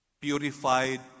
purified